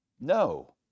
No